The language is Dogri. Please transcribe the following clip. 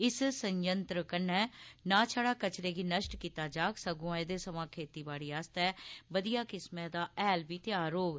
इस सयंत्र कन्नै ना छड़ा कचरे गी नश्ट कीता जाग सगुआं एहदे थमां खेतीबाड़ी आस्तै बदियै किस्मै दा हैल बी तैआर होग